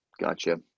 gotcha